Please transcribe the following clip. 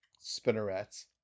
spinnerets